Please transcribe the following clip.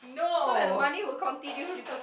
so that the money will continue